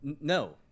No